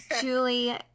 Julie